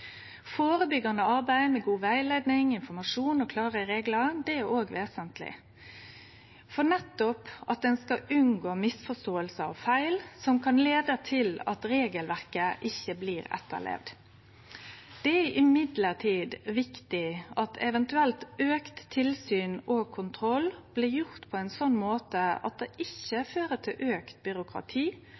arbeid med god rettleiing, informasjon og klare reglar er òg vesentleg for at ein nettopp skal unngå misforståingar og feil som kan føre til at regelverket ikkje blir etterlevd. Det er likevel viktig at eventuelt auka tilsyn og kontroll blir gjort på ein slik måte at det ikkje fører til auka byråkrati,